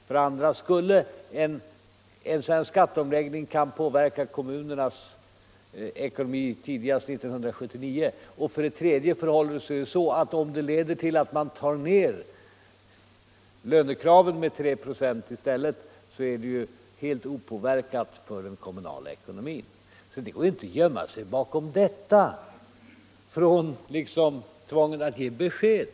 För det andra kan en skatteomläggning påverka kommunernas skatteunderlag tidigast 1979. För det tredje påverkar inte en sänkning av lönekraven med 3 "» den kommunala ekonomin. Det går inte att gömma sig bakom tvånget att ge besked.